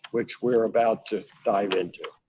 which we're about to dive into.